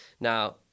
Now